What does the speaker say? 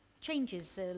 changes